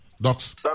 Doc's